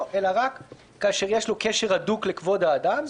אלא רק כשיש לו קשר הדוק לכבוד האדם,